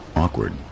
Awkward